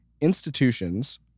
institutions